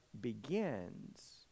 begins